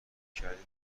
کردی